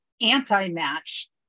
anti-match